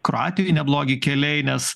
kroatijoj neblogi keliai nes